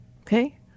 Okay